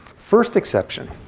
first exception.